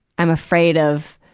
i'm afraid of,